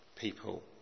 people